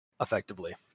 effectively